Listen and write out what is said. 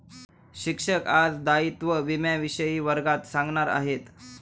शिक्षक आज दायित्व विम्याविषयी वर्गात सांगणार आहेत